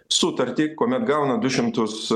sutartį kuomet gauna du šimtus